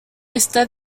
está